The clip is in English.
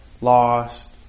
lost